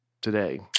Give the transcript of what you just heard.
today